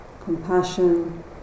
compassion